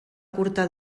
curta